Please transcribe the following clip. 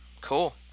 Cool